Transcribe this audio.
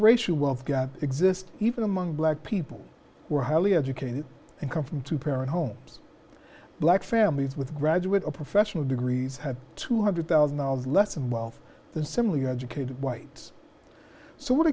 racial wealth gap exists even among black people who are highly educated and come from two parent homes black families with graduate or professional degrees have two hundred thousand dollars less in wealth than similarly educated whites so w